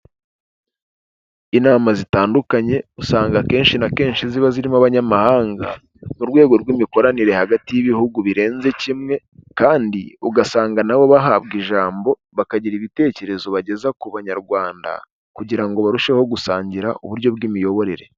Inama zitandukanye usanga akenshi na kenshi ziba zirimo abanyamahanga, mu rwego rw'imikoranire hagati y'ibihugu birenze kimwe kandi ugasanga nabo bahabwa ijambo, bakagira ibitekerezo bageza ku banyarwanda kugira ngo barusheho gusangira uburyo bw'imiyoborere.